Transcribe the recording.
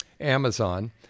Amazon